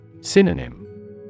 Synonym